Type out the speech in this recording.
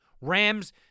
Rams